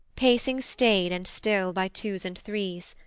pacing staid and still by twos and threes,